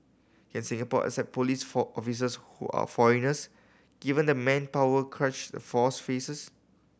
can Singapore accept police officers who are foreigners given the manpower crunch the force faces